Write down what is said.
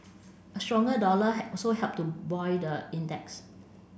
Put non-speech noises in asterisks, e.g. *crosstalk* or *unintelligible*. a stronger dollar *unintelligible* also helped to buoy the index